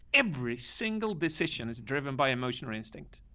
every single decision is driven by emotion or instinct.